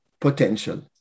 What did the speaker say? potential